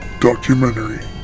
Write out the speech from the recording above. Documentary